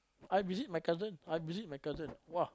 I visit my cousin I visit my cousin !wah!